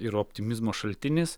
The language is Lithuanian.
ir optimizmo šaltinis